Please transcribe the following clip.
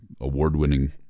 award-winning